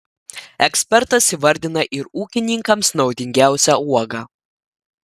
ekspertas įvardina ir ūkininkams naudingiausią uogą